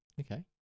okay